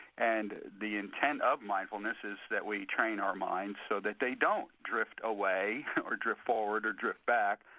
and the intent of mindfulness is that we train our minds so that they don't drift away or drift forward or drift back,